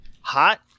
hot